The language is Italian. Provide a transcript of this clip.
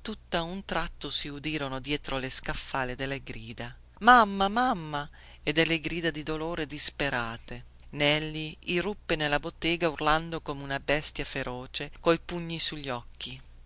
tutta un tratto si udirono dietro lo scaffale delle grida mamma mamma e delle grida di dolore disperate neli irruppe nella bottega urlando come una bestia feroce coi pugni sugli occhi